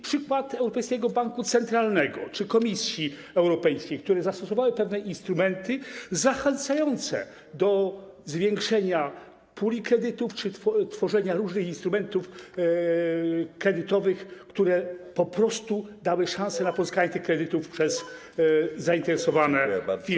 Przykład: Europejski Bank Centralny czy Komisja Europejska zastosowały pewne instrumenty zachęcające do zwiększenia puli kredytów czy tworzenia różnych instrumentów kredytowych, które po prostu dały szansę na pozyskanie tych kredytów przez zainteresowane firmy.